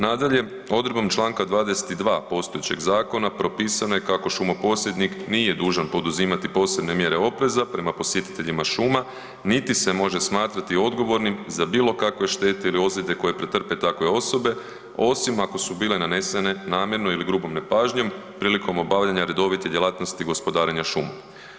Nadalje, odredbom čl. 22. postojećeg zakona propisano je kako „šumoposjednik nije dužan poduzimati posebne mjere opreza prema posjetiteljima šuma niti se može smatrati odgovornim za bilo kakve štete ili ozljede koje pretrpe takve osobe, osim ako su bile nanesene namjerno ili grubom nepažnjom prilikom obavljanja redovite djelatnosti gospodarenja šumom“